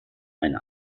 eine